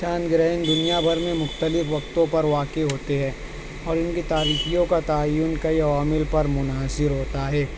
چاند گرہن دنیا بھر میں مختلف وقتوں پر واقع ہوتے ہے اور ان کی تاریکیوں کا تعین کئی عوامل پر منحصر ہوتا ہے